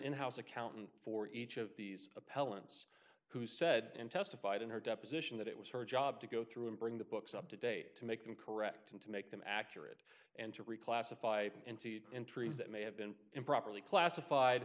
in house accountant for each of these appellants who said and testified in her deposition that it was her job to go through and bring the books up to date to make them correct and to make them accurate and to reclassify anted entries that may have been improperly classified